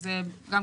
שזה יש